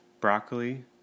Broccoli